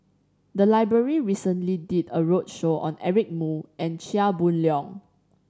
the library recently did a roadshow on Eric Moo and Chia Boon Leong